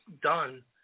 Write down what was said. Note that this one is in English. done